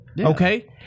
okay